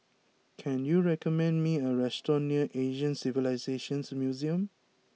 can you recommend me a restaurant near Asian Civilisations Museum